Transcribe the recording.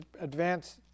advance